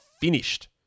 finished